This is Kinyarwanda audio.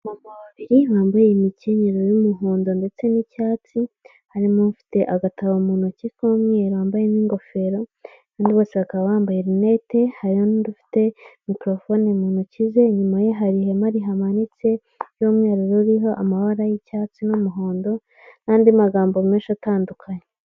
Abamama babiri bambaye imikenyero y'umuhondo ndetse n'icyatsi, harimo ufite agatabo mu ntoki k'umweru wambaye n'ingofero, kandi bose bakaba bambaye linete, hariho n'undi ufite mikofone mu ntoki ze, inyuma ye hari ihema rihamanitse ry'umweru ririho amabara y'icyatsi n'umuhondo n'andi magambo menshi atandukanye.